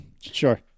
Sure